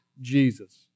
Jesus